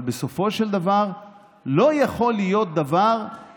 אבל בסופו של דבר לא יכול להיות שמנכ"ל